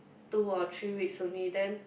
two or three weeks only then